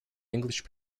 english